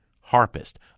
harpist